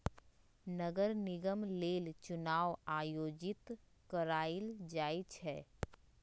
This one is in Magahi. नगर निगम लेल चुनाओ आयोजित करायल जाइ छइ